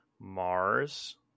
Mars